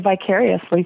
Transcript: vicariously